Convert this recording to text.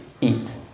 eat